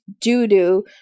doo-doo